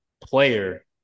player